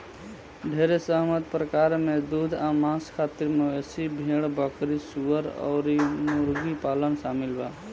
ढेरे सहमत प्रकार में दूध आ मांस खातिर मवेशी, भेड़, बकरी, सूअर अउर मुर्गी पालन शामिल बा